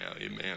Amen